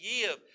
give